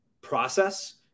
process